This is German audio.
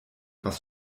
was